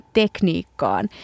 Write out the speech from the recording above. tekniikkaan